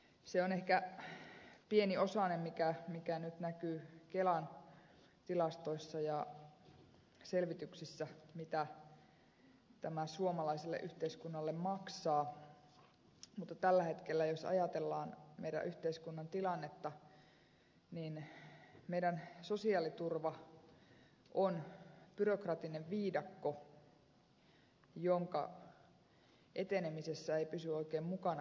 se on ehkä pieni osanen mikä nyt näkyy kelan tilastoissa ja selvityksissä mitä tämä suomalaiselle yhteiskunnalle maksaa mutta tällä hetkellä jos ajatellaan meidän yhteiskuntamme tilannetta niin meidän sosiaaliturvamme on byrokraattinen viidakko jonka etenemisessä ei pysy oikein mukana kukaan